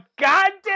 goddamn